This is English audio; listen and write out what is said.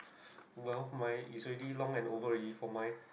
well my is already long and over already for mine